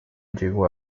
llegó